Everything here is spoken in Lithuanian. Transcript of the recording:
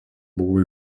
buvo